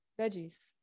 veggies